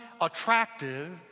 attractive